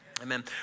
Amen